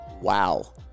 Wow